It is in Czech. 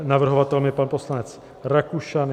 Navrhovatelem je pan poslanec Rakušan.